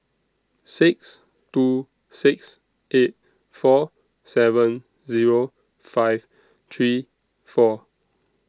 six two six eight four seven Zero five three four